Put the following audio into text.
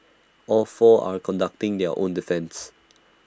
all four are conducting their own defence